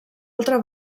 altra